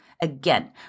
again